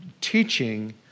teaching